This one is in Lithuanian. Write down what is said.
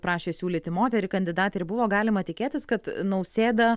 prašė siūlyti moterį kandidatę ir buvo galima tikėtis kad nausėda